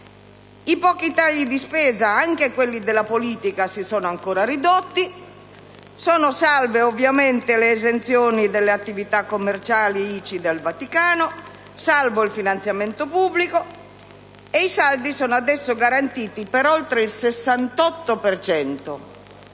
i pochi tagli di spesa, anche quelli della politica, si sono ancora ridotti; sono salve le esenzioni ICI delle attività commerciali del Vaticano ed è salvo il finanziamento pubblico. I saldi sono adesso garantiti per oltre il 68